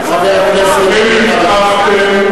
חבר הכנסת ברכה.